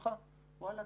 ואומרים לך: ואללה,